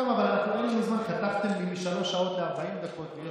יש עוד כמה, אבל קיצצתם לי משלוש שעות ל-40 דקות.